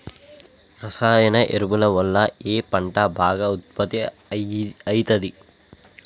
రసాయన ఎరువుల వల్ల ఏ పంట బాగా ఉత్పత్తి అయితది?